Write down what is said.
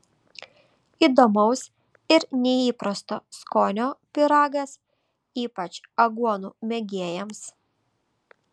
įdomaus ir neįprasto skonio pyragas ypač aguonų mėgėjams